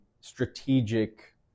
strategic